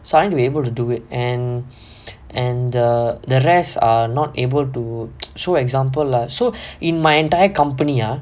so I need to able to do it and and err the rest are not able to show example lah so in my entire company ah